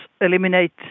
eliminate